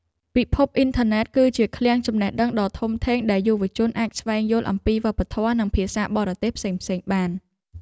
ពិភពអ៊ីនធឺណិតគឺជាឃ្លាំងចំណេះដឹងដ៏ធំធេងដែលយុវជនអាចស្វែងយល់អំពីវប្បធម៌និងភាសាបរទេសផ្សេងៗបាន។